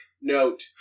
note